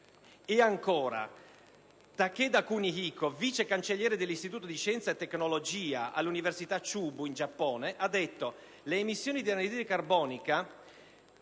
E ancora, Takeda Kunihiko, vice cancelliere dell'Istituto di scienza e tecnologia dell'università Chubu, in Giappone, ha detto che: «Le emissioni di anidride carbonica